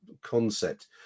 concept